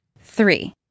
Three